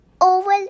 oval